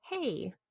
hey